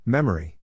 Memory